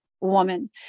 woman